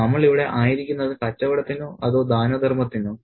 നമ്മൾ ഇവിടെ ആയിരിക്കുന്നത് കച്ചവടത്തിനോ അതോ ദാനധർമ്മത്തിനോ